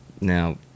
Now